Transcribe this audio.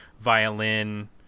violin